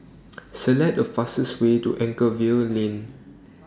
Select The fastest Way to Anchorvale Lane